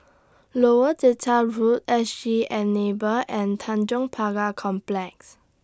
Lower Delta Road S G Enable and Tanjong Pagar Complex